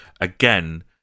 Again